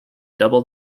double